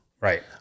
Right